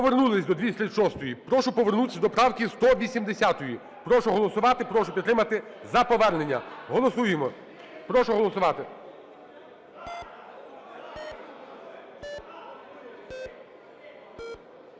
Повернулись до… 236. Прошу повернутись до правки 180-ї. Прошу голосувати. Прошу підтримати за повернення. Голосуємо. Прошу голосувати.